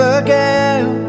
again